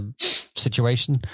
situation